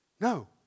No